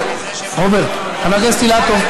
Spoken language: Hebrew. רוברט, חבר הכנסת אילטוב.